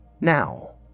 Now